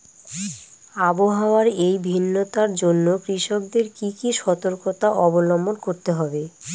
আবহাওয়ার এই ভিন্নতার জন্য কৃষকদের কি কি সর্তকতা অবলম্বন করতে হবে?